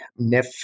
NIF